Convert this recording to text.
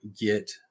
get